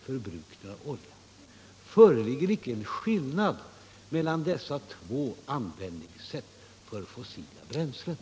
Föreligger icke en skillnad mellan dessa två sätt att använda fossila bränslen?